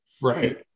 Right